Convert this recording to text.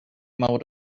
mode